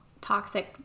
toxic